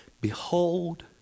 behold